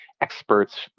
experts